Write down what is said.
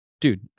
dude